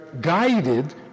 guided